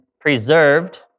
preserved